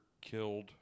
killed